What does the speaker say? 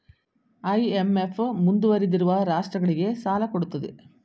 IMF ಮುಂದುವರಿದಿರುವ ರಾಷ್ಟ್ರಗಳಿಗೆ ಸಾಲ ಕೊಡುತ್ತದೆ